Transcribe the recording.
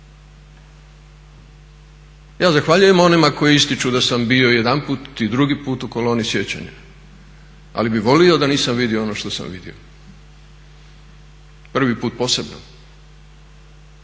Ja zahvaljujem onima koji ističu da sam bio jedanput i drugi put u koloni sjećanja ali bi volio da nisam vidio ono što sam vidio prvi put posebno.